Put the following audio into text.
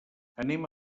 anem